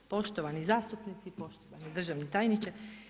Poštovani zastupnici, poštovani državni tajniče.